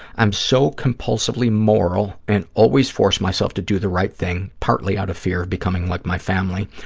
i'm so compulsively moral and always force myself to do the right thing, partly out of fear of becoming like my family,